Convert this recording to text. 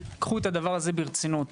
קחו את הדבר הזה ברצינות.